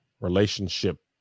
relationship